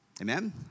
Amen